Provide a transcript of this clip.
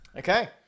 Okay